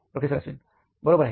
professor Ashwin बरोबर आहे